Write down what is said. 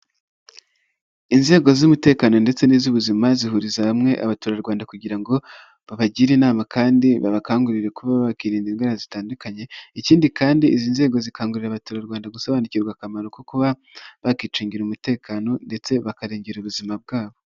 Inzego z'umutekano ndetse n'iz'ubuzima zihuriza hamwe abaturarwanda kugira ngo babagire inama kandi babakangurire kuba bakirinda indwara zitandukanye, ikindi kandi izi nzego zikangurira abaturarwanda gusobanukirwa akamaro ko kuba bakicungira umutekano ndetse bakarengera ubuzima bwabo.